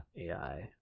AI